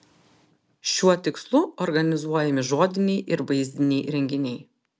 šiuo tikslu organizuojami žodiniai ir vaizdiniai renginiai